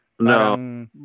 No